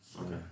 Okay